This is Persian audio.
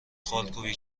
خالکوبی